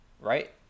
Right